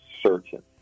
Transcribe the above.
certain